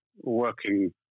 working